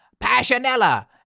Passionella